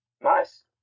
Nice